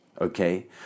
okay